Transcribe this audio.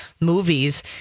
movies